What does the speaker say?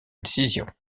décision